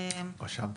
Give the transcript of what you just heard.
שעות